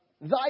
thy